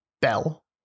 bell